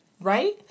right